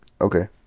Okay